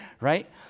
right